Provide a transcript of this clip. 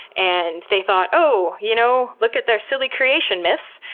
and they thought, oh, you know look at their silly creation myths.